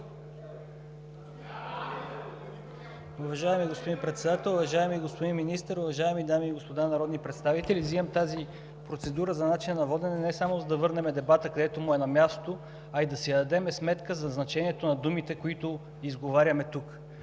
Уважаеми господин Председател, уважаеми господин Министър, уважаеми дами и господа народни представители! Взимам тази процедура за начина на водене не само за да върнем дебата, където му е мястото, а и да си дадем сметка за значението на думите, които изговаряме тук.